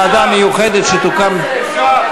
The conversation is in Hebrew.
בוועדה מיוחדת שתוקם, בושה,